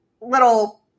little